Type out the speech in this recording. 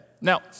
Now